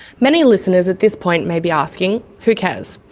many listeners at this point may be asking, who cares?